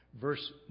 Verse